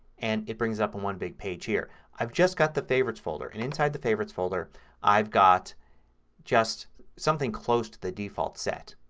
and it brings it up on one big page here. i've just got the favorites folder and inside the favorites folder i've got just something close to the default set.